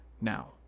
now